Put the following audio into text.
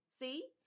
See